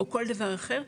או כל דבר אחר,